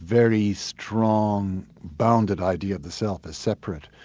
very strong bounded idea of the self as separate.